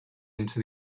into